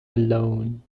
alone